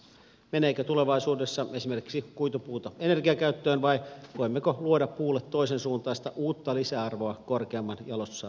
meneekö tulevaisuudessa esimerkiksi kuitupuuta energiakäyttöön vai voimmeko luoda puulle toisen suuntaista uutta lisäarvoa korkeamman jalostusarvon tuotteista